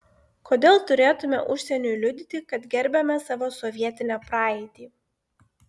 kodėl turėtumėme užsieniui liudyti kad gerbiame savo sovietinę praeitį